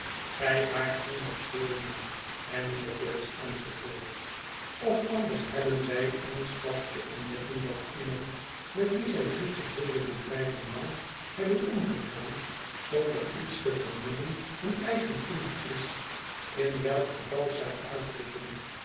gij waart toen nog zeer jong enz enz of anders hebben zij eensklaps te ontdekken dat iemand met wien zij drie geheele bedrijven lang hebben omgegaan zonder iets te vemoeden hun eigen kind is in welk geval zij uitroepen